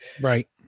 Right